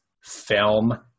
film